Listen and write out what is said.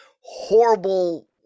Horrible